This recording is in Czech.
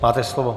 Máte slovo.